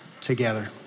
together